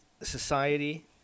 society